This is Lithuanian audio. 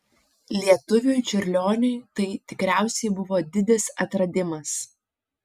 lietuviui čiurlioniui tai tikriausiai buvo didis atradimas